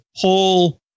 pull